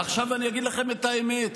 עכשיו אני אגיד לכם את האמת,